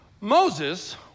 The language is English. Moses